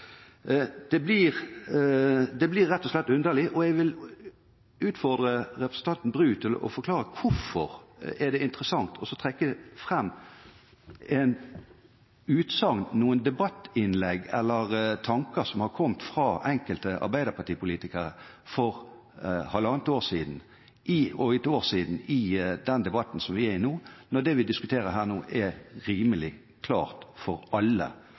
Det blir rett og slett underlig, og jeg vil utfordre representanten Bru til å forklare hvorfor det er interessant å trekke fram et utsagn, noen debattinnlegg eller tanker som har kommet fra enkelte arbeiderpartipolitikere for halvannet år siden, og ett år siden, i den debatten som vi har nå, når det vi diskuterer her, er rimelig klart for alle